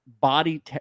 body